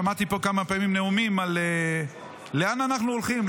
שמעתי פה כמה פעמים נאומים על לאן אנחנו הולכים,